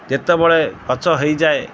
ଯେତେବେଳେ ଗଛ ହେଇଯାଏ